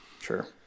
Sure